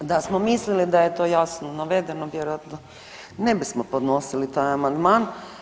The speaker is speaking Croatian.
Da smo mislili da je to jasno navedeno vjerojatno ne bismo podnosili taj amandman.